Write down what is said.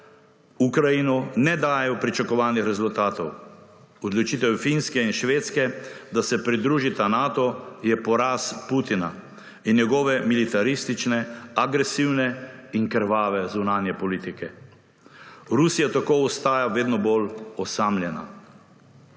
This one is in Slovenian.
Ukrajino, ne dajejo pričakovanih rezultatov. Odločitev Finske in Švedske, da se pridružita Nato, je poraz Putina in njegove militaristične, agresivne in krvave zunanje politike. Rusija tako ostaja vedno bolj osamljena.